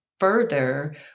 Further